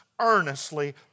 earnestly